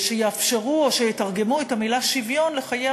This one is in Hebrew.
שיאפשרו או שיתרגמו את המילה "שוויון" לחיי